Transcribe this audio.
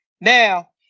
now